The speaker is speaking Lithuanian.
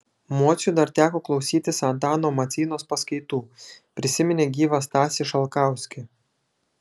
mociui dar teko klausytis antano maceinos paskaitų prisiminė gyvą stasį šalkauskį